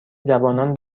جوانان